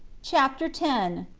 chapter ten.